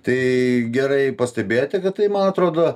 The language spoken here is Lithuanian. tai gerai pastebėjote kad tai man atrodo